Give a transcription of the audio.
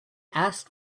asked